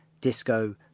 disco